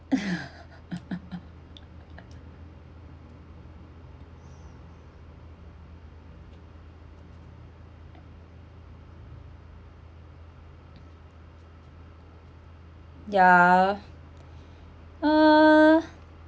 ya ah